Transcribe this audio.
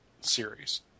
series